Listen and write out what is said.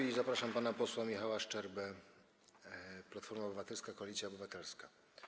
I zapraszam pana posła Michała Szczerbę, Platforma Obywatelska - Koalicja Obywatelska.